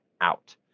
out